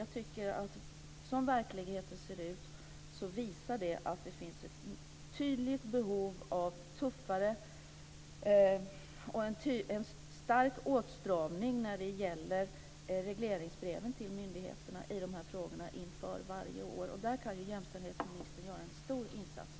Jag tycker att verkligheten visar att det finns ett tydligt behov av en stark åtstramning när det gäller regleringsbreven till myndigheterna i de här frågorna inför varje år. Där kan jämställdhetsministern göra en stor insats.